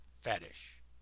fetish